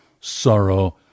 sorrow